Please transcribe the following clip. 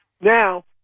Now